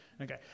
Okay